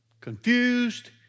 confused